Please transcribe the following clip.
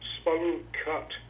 spun-cut